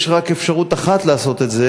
יש רק אפשרות אחת לעשות את זה,